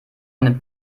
einen